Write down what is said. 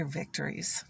victories